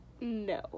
No